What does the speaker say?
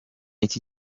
iki